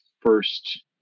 first